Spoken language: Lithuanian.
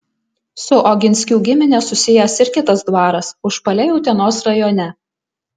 su oginskių gimine susijęs ir kitas dvaras užpaliai utenos rajone